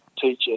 teacher